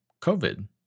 COVID